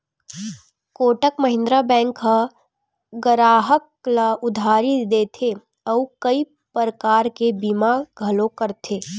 Kotak Mahindra bank ह गराहक ल उधारी देथे अउ कइ परकार के बीमा घलो करथे